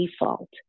default